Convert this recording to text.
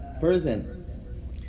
person